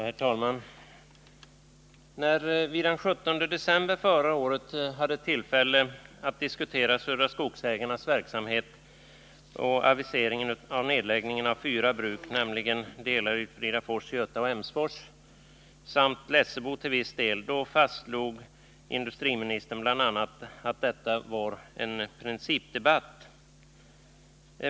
Herr talman! När vi den 17 december förra året hade tillfälle att diskutera Södra Skogsägarnas verksamhet och aviseringen av nedläggningen av fyra bruk — nämligen Delary, Fridafors, Göta och Emsfors — samt Lessebo till viss del, fastslog industriministern bl.a. att detta var en principdebatt.